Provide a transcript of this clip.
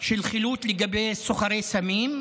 של חילוט לגבי סוחרי סמים,